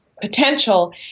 potential